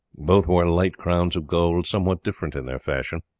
both wore light crowns of gold somewhat different in their fashion.